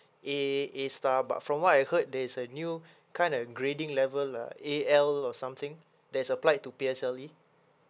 A A star but from what I heard there's a new kind of grading level uh A_L or something that's applied to P_S_L_E